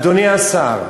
אדוני השר,